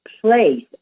place